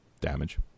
damage